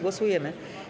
Głosujemy.